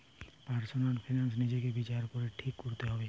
personal finance নিজেকে বিচার করে ঠিক কোরতে হবে